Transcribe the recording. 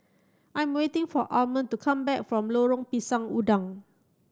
I am waiting for Almond to come back from Lorong Pisang Udang